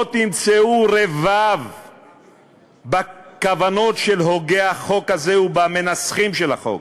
לא תמצאו רבב בכוונות של הוגי החוק הזה ובמנסחים של החוק.